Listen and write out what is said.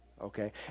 Okay